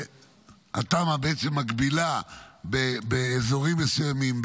שהתמ"א בעצם מגבילה באזורים מסוימים,